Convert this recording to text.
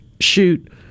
shoot